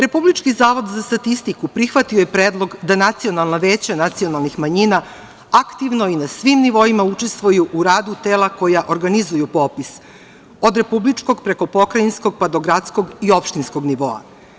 Republički zavod za statistiku prihvatio je predlog da nacionalna veća nacionalnih manjina aktivno i na svim nivoima učestvuju u radu tela koja organizuju popis, od republičkog, preko pokrajinskog, pa do gradskog i opštinskog nivoa.